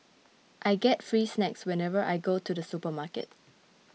I get free snacks whenever I go to the supermarket